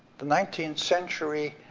the nineteenth century,